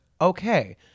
okay